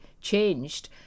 changed